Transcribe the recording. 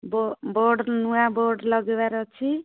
board ନୂଆ board ଲଗେଇବାର ଅଛି